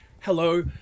Hello